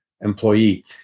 employee